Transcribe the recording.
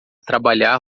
trabalhar